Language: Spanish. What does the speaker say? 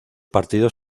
partidos